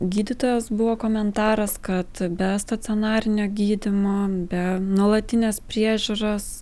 gydytojos buvo komentaras kad be stacionarinio gydymo be nuolatinės priežiūros